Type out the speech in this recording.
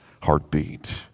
heartbeat